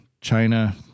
China